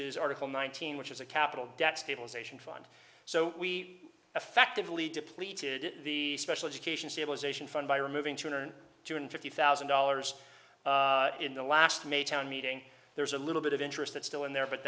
is article nineteen which is a capital debt stabilization fund so we effectively deplete the special education stabilization fund by removing two hundred fifty thousand dollars in the last may town meeting there's a little bit of interest that's still in there but